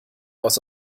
aus